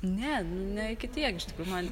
ne ne iki tiek iš tikrųjų man